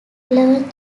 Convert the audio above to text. eleven